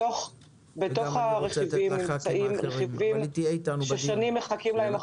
בתוך הרכיבים יש רכיבים ששנים החקלאים מחכים להם.